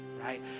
right